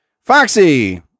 Foxy